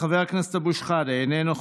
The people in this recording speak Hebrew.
חבר הכנסת אבו שחאדה, איננו.